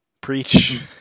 Preach